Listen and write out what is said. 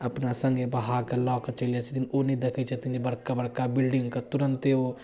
अपना सङ्गे बहा कऽ लऽ कऽ चलि जाइ छथिन ओ नहि देखै छथिन जे बड़का बड़का बिल्डिङ्गके तुरन्ते ओ